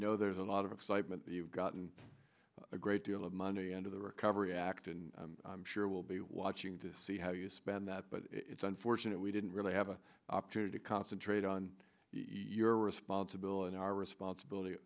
know there's a lot of excitement you've gotten a great deal of money and of the recovery act and i'm sure we'll be watching to see how you spend that but it's unfortunate we didn't really have an opportunity to concentrate on your responsibility our responsibility